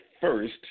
first